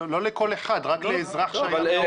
לא לכל אחד, רק לאזרח שהיה מעורב.